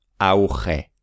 Auge